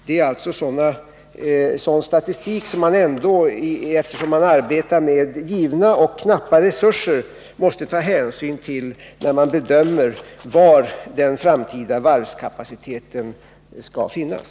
Det är sådan statistik som man, eftersom resurserna är givna och knappa, måste ta hänsyn till när man bedömer var den framtida varvskapaciteten skall finnas.